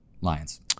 Lions